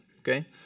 Okay